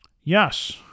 Yes